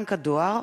(בנק הדואר),